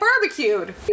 barbecued